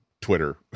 Twitter